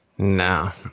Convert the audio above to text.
No